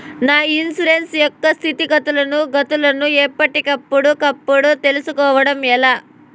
నా ఇన్సూరెన్సు యొక్క స్థితిగతులను గతులను ఎప్పటికప్పుడు కప్పుడు తెలుస్కోవడం ఎలా?